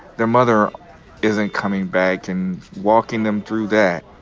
their mother isn't coming back and walking them through that?